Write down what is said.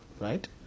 right